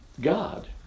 God